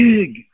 big